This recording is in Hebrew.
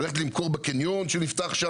הולכת למכור בקניון שנפתח?